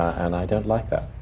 and i don't like that.